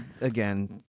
Again